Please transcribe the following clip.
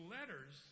letters